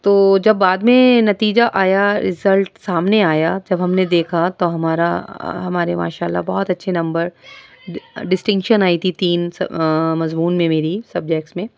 تو جب بعد میں نتیجہ آیا رزلٹ سامنے آیا جب ہم نے دیکھا تو ہمارا ہمارے ماشاء اللہ بہت اچھے نمبر ڈسٹنگشن آئی تھی تین مضمون میں میری سبجیکٹس میں